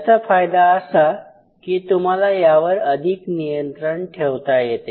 याचा फायदा असा की तुम्हाला यावर अधिक नियंत्रण ठेवता येते